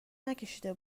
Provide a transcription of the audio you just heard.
نکشیده